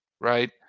right